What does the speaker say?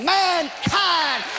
mankind